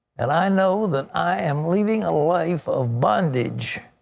and i know that i am leaving a life of bondage.